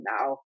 now